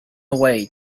away